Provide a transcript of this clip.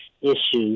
issues